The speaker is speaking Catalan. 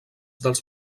dels